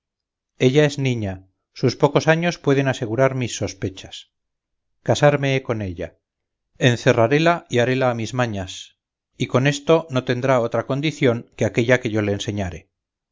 ella es niña sus pocos años pueden asegurar mis sospechas casarme he con ella encerraréla y haréla a mis mañas y con esto no tendrá otra condición que aquella que yo le enseñare